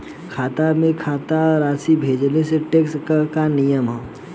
खाता से खाता में राशि भेजला से टेक्स के का नियम ह?